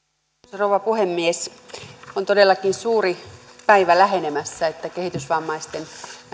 rouva puhemies on todellakin suuri päivä lähenemässä kun kehitysvammaisten